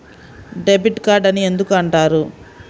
Debit card అని ఎందుకు అంటారు?